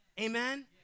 Amen